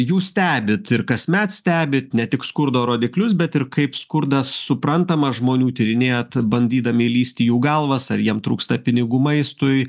jūs stebit ir kasmet stebit ne tik skurdo rodiklius bet ir kaip skurdas suprantamas žmonių tyrinėjat bandydami įlįsti į jų galvas ar jiem trūksta pinigų maistui